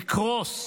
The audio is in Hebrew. יקרוס.